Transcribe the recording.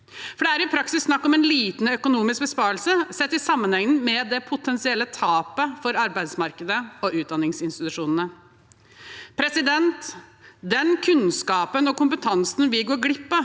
For det er i praksis snakk om en liten økonomisk besparelse, sett i sammenheng med det potensielle tapet for arbeidsmarkedet og utdanningsinstitusjonene. Den kunnskapen og kompetansen vi går glipp av